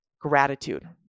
gratitude